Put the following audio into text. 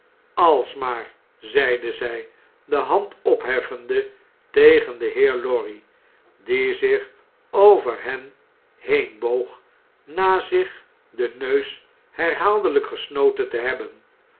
als maar zeide zjj de hand opheffende tegen den heer lorry die zich over hen heen boog na zich den neus herhaaldelijk gesnoten te hebben